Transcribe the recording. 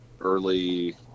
early